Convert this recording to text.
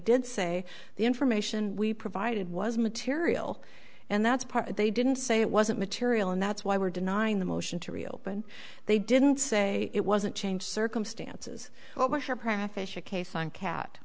did say the information we provided was material and that's part they didn't say it wasn't material and that's why we're denying the motion to reopen they didn't say it wasn't changed circumstances